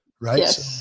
right